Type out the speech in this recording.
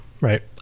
Right